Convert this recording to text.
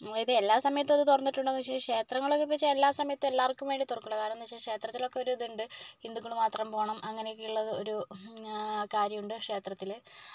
അതായത് എല്ലാ സമയത്തും അത് തുറന്നിട്ടുണ്ടോന്ന് ചോദിച്ചാൽ ക്ഷേത്രങ്ങളൊക്കെ ഇപ്പം എല്ലാ സമയത്തും എല്ലാവർക്കും വേണ്ടി തുറക്കുകയില്ല കാരണം എന്ന് വെച്ചാൽ ക്ഷേത്രത്തിലൊക്കെ ഒരിതുണ്ട് ഹിന്ദുക്കള് മാത്രം പോകണം അങ്ങനെയൊക്കെയുള്ള ഒരു കാര്യ ഉണ്ട് ക്ഷേത്രത്തില്